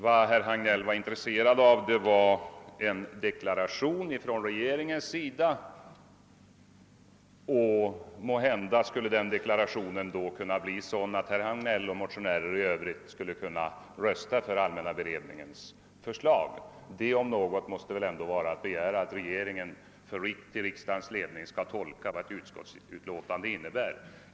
Vad herr Hagnell var intresserad av var en deklaration från regeringen, som..måhända skulle kunna bli sådan att han och övriga motionärer kunde rösta för. allmänna beredningsutskottets förslag. Det om något måste ändå vara att begära att regeringen till riksdagens ledning skall tolka vad ett utskottsutlåtande innebär.